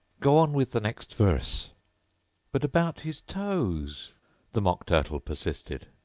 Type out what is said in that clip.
go on with the next verse but about his toes the mock turtle persisted.